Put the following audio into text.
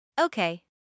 Okay